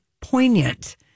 poignant